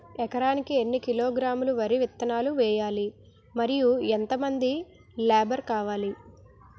ఎకరానికి ఎన్ని కిలోగ్రాములు వరి విత్తనాలు వేయాలి? మరియు ఎంత మంది లేబర్ కావాలి?